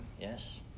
yes